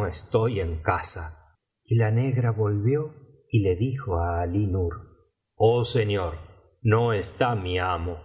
dulce amiga en casa y la negra volvió y le dijo á alí nur oh señor no está mi amo